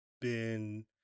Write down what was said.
been-